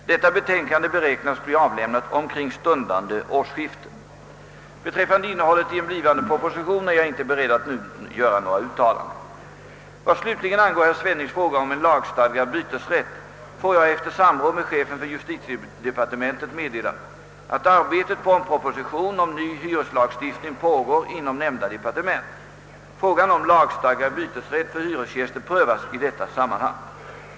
Detta betänkande beräknas bli avlämnat omkring stundande årsskifte. Beträffande innehållet i en blivande proposition är jag inte beredd att nu göra några uttalanden. Vad slutligen angår herr Svennings fråga om en lagstadgad bytesrätt får jag efter samråd med chefen för justitiedepartementet meddela, att arbetet på en proposition om ny hyreslagstiftning pågår inom nämnda departement. Frågan om lagstadgad bytesrätt för hyresgäster prövas i detta sammanhang.